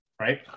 Right